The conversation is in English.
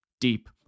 deep